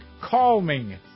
Calming